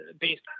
based